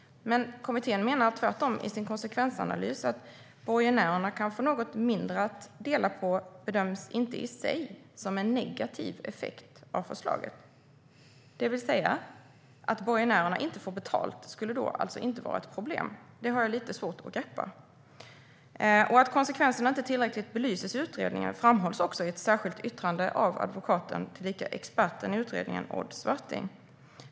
Kommittén menar tvärtom i sin konsekvensanalys att det faktum att borgenärerna kan få något mindre att dela på i sig inte bedöms som en negativ effekt av förslaget, det vill säga att det inte skulle vara något problem att borgenärerna inte får betalt. Det har jag lite svårt att greppa. Att konsekvenserna inte tillräckligt belyses i utredningen framhålls också i ett särskilt yttrande av advokat Odd Swarting, tillika expert i utredningen.